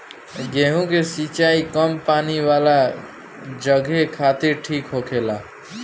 गेंहु के सिंचाई कम पानी वाला जघे खातिर ठीक होखेला